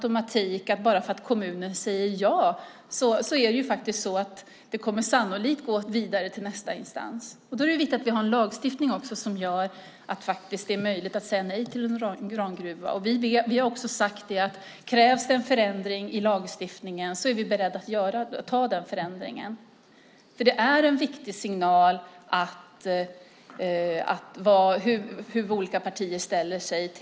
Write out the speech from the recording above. Om kommunen säger ja kommer det sannolikt att gå vidare till nästa instans, och då är det viktigt att vi har en lagstiftning som gör det möjligt att säga nej till en urangruva. Vi har också sagt att om det krävs en förändring i lagstiftningen är vi beredda att ta den förändringen. Det är en viktig signal hur olika partier ställer sig till detta.